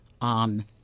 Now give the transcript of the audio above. on